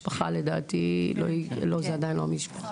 דיברנו על שילובים של